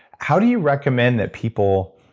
how do you recommend that people